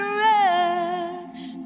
rush